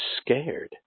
scared